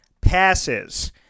passes